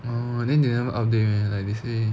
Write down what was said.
orh then they never update meh they never say